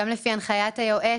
גם לפי הנחיית היועץ,